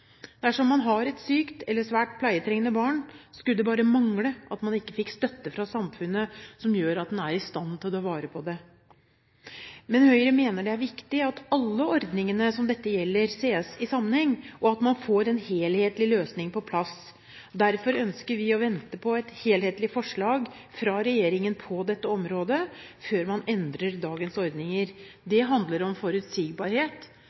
Dersom man har et sykt eller svært pleietrengende barn, skulle det bare mangle at man ikke fikk støtte fra samfunnet som gjør at man er i stand til å ta vare på det. Men Høyre mener det er viktig at alle ordningene som dette gjelder, ses i sammenheng, og at man får en helhetlig løsning på plass. Derfor ønsker vi å vente på et helhetlig forslag fra regjeringen på dette området, før man endrer dagens ordninger.